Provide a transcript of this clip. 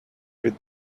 with